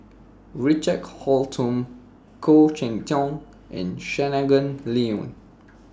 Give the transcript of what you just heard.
Richard Holttum Khoo Cheng Tiong and Shangguan Liuyun